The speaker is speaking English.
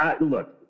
Look